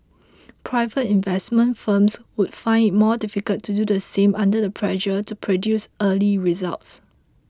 private investment firms would find it more difficult to do the same under the pressure to produce early results